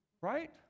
right